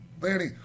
Lanny